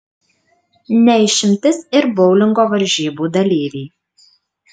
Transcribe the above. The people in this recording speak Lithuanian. ne išimtis ir boulingo varžybų dalyviai